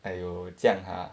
!aiyo! 这样 ah